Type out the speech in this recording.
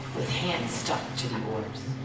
with hands to the oars.